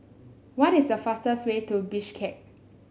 what is the fastest way to Bishkek